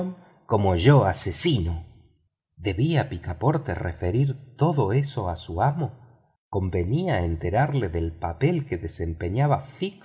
como yo asesino debía picaporte referir todo eso a su amo convenía enterarlo del papel que desempeñaba